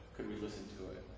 could we listen to it?